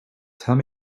tell